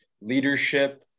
leadership